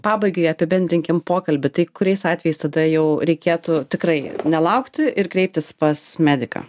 pabaigai apibendrinkim pokalbį tai kuriais atvejais tada jau reikėtų tikrai nelaukti ir kreiptis pas mediką